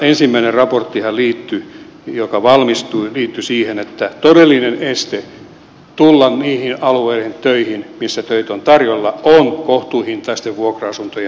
ensimmäinen raporttihan joka valmistui liittyi siihen että todellinen este tulla niille alueille töihin missä töitä on tarjolla on kohtuuhintaisten vuokra asuntojen pula